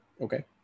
okay